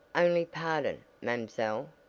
only pardon, mamselle,